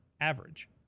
average